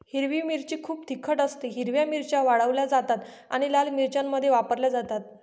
हिरवी मिरची खूप तिखट असतेः हिरव्या मिरच्या वाळवल्या जातात आणि लाल मिरच्यांमध्ये वापरल्या जातात